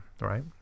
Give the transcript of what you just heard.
right